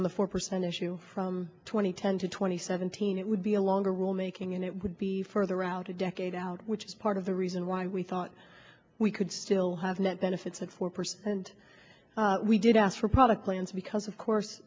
on the four percent issue from twenty ten to twenty seventeen it would be a longer rulemaking and it would be further out a decade out which is part of the reason why we thought we could still have net benefits of four percent we did ask for product plans because of course